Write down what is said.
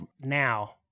now